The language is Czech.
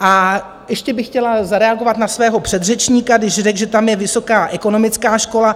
A ještě bych chtěla zareagovat na svého předřečníka, když řekl, že tam je vysoká ekonomická škola.